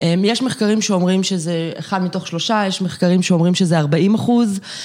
יש מחקרים שאומרים שזה אחד מתוך שלושה, יש מחקרים שאומרים שזה ארבעים אחוז.